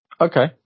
Okay